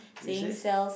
recess